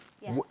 Yes